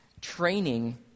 training